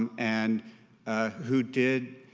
um and ah who did